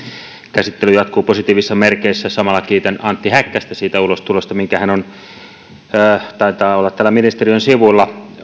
käsittely jatkuu positiivissa merkeissä samalla kiitän antti häkkästä siitä ulostulosta mikä taitaa olla ministeriön sivuilla